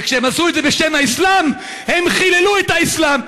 וכשהם עשו את זה בשם האסלאם הם חיללו את האסלאם.